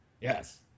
Yes